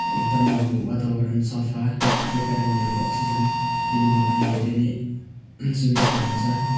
र एकदम अब वातावरण सफा त्यही कारणले अब अक्सिजन खेल्नुमा पनि धेरै नै सुबिस्ता हुन्छ